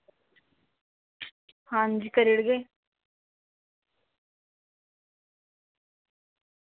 हां जी करी ओड़गे